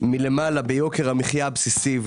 מלמעלה ביוקר המחיה הבסיסי.